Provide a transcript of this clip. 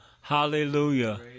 hallelujah